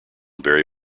very